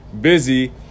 busy